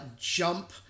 jump